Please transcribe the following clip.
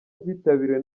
byitabiriwe